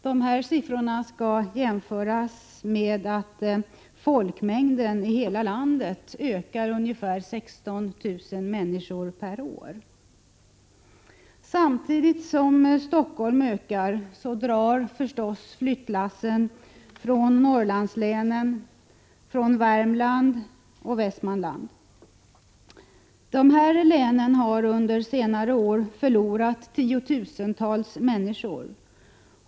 Dessa siffror skall jämföras med att folkmängden i hela landet ökar med ungefär 16 000 per år. Samtidigt som Stockholm ökar drar naturligtvis flyttlassen från Norrlandslänen, Värmland och Västmanland. De länen har under senare år förlorat tiotusentals människor.